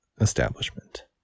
establishment